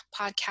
podcast